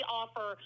offer